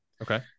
Okay